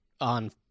on